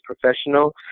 professional